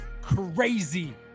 crazy